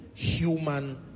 Human